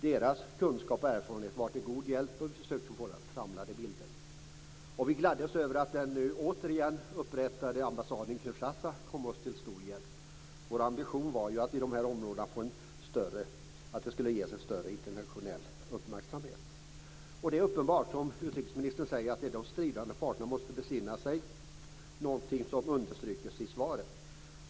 Deras kunskaper och erfarenheter var till god hjälp då vi försökte få en samlad bild. Vi gladde oss åt att den återupprättade ambassaden i Kinshasa kom oss till stor hjälp. Vår ambition var att dessa områden ska ges en större internationell uppmärksamhet. Det är uppenbart att det är som utrikesministern säger, nämligen att de stridande parterna måste besinna sig - någonting som underströks i svaret.